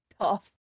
Tough